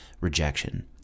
rejection